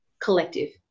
collective